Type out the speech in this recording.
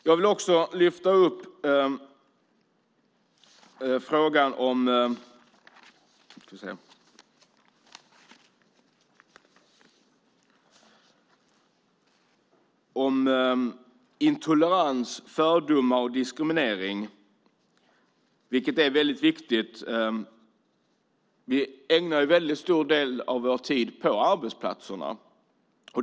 Jag vill också lyfta upp frågan om intolerans, fördomar och diskriminering, vilket är väldigt viktigt. Vi tillbringar ju en stor del av vår tid på arbetsplatsen.